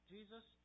Jesus